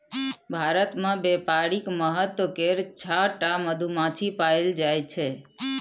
भारत मे बेपारिक महत्व केर छअ टा मधुमाछी पएल जाइ छै